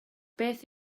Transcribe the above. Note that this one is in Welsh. beth